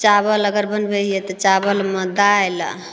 चावल अगर बनबै हिए तऽ चावलमे दालि